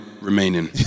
remaining